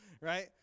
Right